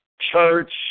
church